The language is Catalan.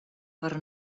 per